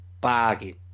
Bargain